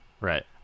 Right